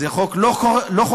זה חוק לא חוקתי,